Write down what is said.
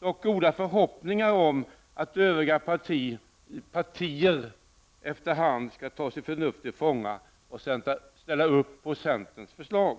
dock goda förhoppningar om att övriga partier efter hand skall ta sitt förnuft till fånga och ställa upp på centerns förslag.